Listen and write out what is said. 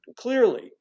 clearly